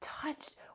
touched